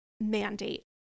mandate